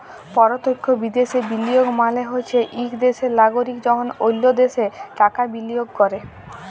পরতখ্য বিদ্যাশে বিলিয়গ মালে হছে ইক দ্যাশের লাগরিক যখল অল্য দ্যাশে টাকা বিলিয়গ ক্যরে